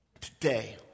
today